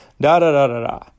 Da-da-da-da-da